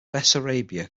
bessarabia